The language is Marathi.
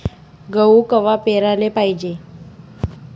गहू कवा पेराले पायजे?